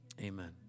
Amen